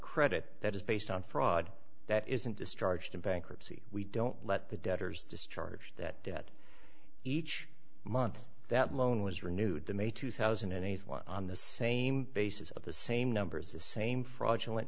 credit that is based on fraud that isn't discharged in bankruptcy we don't let the debtors discharge that debt each month that loan was renewed the may two thousand and one on the same basis of the same numbers the same fraudulent